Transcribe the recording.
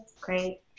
great